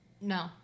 No